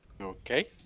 Okay